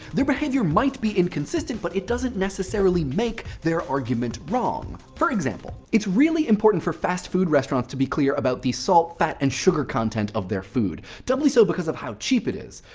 their behavior might be inconsistent, but it doesn't necessarily make their argument wrong. for example, it's really important for fast food restaurants to be clear about the salt, fat, and sugar content of their food doubly so because of how cheap it is.